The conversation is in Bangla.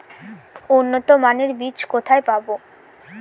উন্নতমানের বীজ কোথায় পাব?